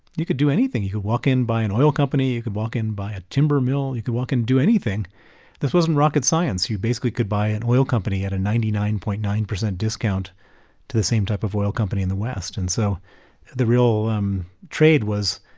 you could do anything. you walk in, buy an oil company. you could walk in, buy a timber mill. you could walk in and do anything this wasn't rocket science. you basically could buy an oil company at a ninety nine point nine percent discount to the same type of oil company in the west. and so the real um trade was,